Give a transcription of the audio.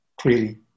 clearly